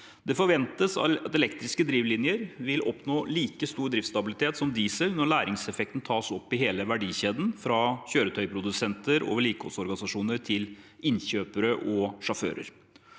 Det forventes at elektriske drivlinjer vil oppnå like stor driftsstabilitet som diesel når læringseffekten tas opp i hele verdikjeden, fra kjøretøysprodusenter og vedlikeholdsorganisasjoner til innkjøpere og sjåfører.